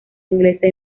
inglesa